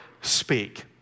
speak